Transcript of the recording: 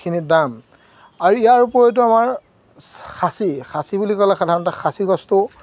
খিনি দাম আৰু ইয়াৰ ওপৰিতো আমাৰ খাচী খাচী বুলি ক'লে সাধাৰণতে খাচী গছটো